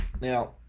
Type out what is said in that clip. now